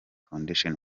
foundation